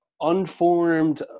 unformed